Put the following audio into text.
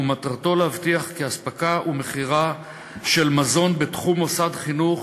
ומטרתו להבטיח כי אספקה ומכירה של מזון בתחום מוסד חינוך